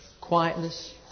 quietness